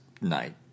night